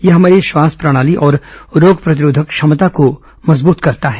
यह हमारी श्वास प्रणाली और रोग प्रतिरोधक क्षमता को मजबूत करता है